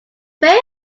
very